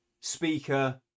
speaker